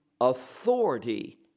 authority